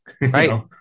Right